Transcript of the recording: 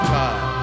time